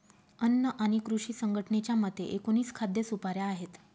अन्न आणि कृषी संघटनेच्या मते, एकोणीस खाद्य सुपाऱ्या आहेत